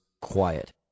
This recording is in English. quiet